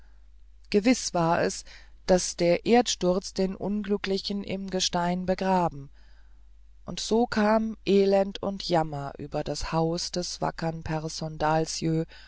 gewiß war es daß der erdsturz den unglücklichen im gestein begraben und so kam elend und jammer über das haus des wackern